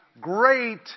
great